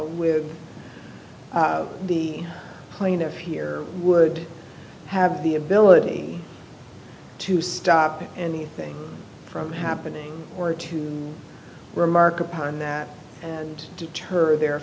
with the plaintiff here would have the ability to stop any thing from happening or to remark upon that and deter their